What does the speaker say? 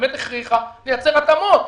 שהכריחה אותנו לייצר התאמות.